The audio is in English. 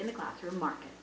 in the classroom market